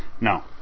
No